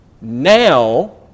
now